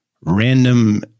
Random